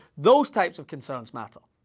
those types of concerns matter.